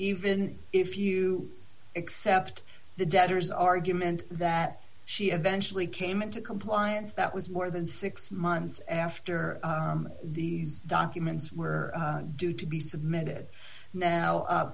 even if you accept the debtor's argument that she eventually came into compliance that was more than six months after these documents were due to be submitted now